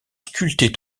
sculptées